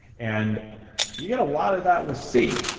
and you get a lot of that with c.